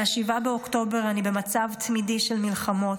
מ-7 באוקטובר אני במצב תמידי של מלחמות,